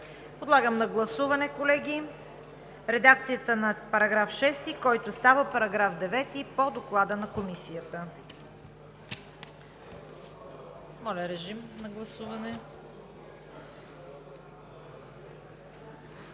Подлагам на гласуване, колеги, редакцията на § 6, който става § 9 по Доклада на Комисията.